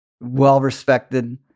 well-respected